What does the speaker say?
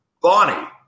Bonnie